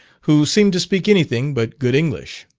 who seemed to speak anything but good english.